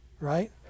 right